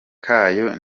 kayo